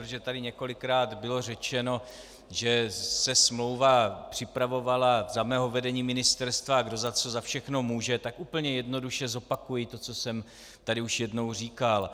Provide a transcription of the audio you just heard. Protože tady několikrát bylo řečeno, že se smlouva připravovala za mého vedení ministerstva a kdo za co všechno může, tak úplně jednoduše zopakuji to, co jsem tady už jednou říkal.